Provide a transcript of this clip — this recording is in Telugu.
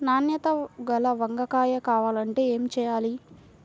నాణ్యత గల వంగ కాయ కావాలంటే ఏమి చెయ్యాలి?